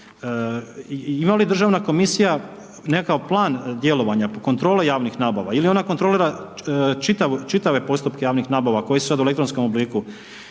Ima li državna komisija nekakav plan djelovanja, kontrole javnih nabava ili ona kontrolira čitave postupke javnih nabava koji su sad u elektronskom obliku